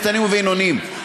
קטנים ובינוניים.